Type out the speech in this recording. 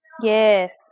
Yes